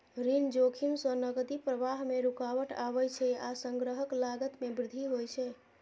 ऋण जोखिम सं नकदी प्रवाह मे रुकावट आबै छै आ संग्रहक लागत मे वृद्धि होइ छै